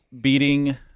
beating